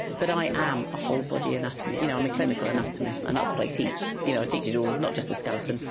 but i am a whole-body anatomist, you know i'm a clinical anatomist and that's what i teach, i you know teach it all, not just the skeleton,